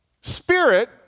spirit